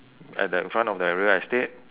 at the in front of the real estate